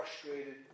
frustrated